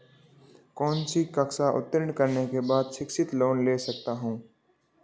कौनसी कक्षा उत्तीर्ण करने के बाद शिक्षित लोंन ले सकता हूं?